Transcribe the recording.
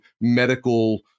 medical